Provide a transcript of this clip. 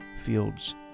fields